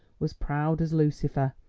was proud as lucifer,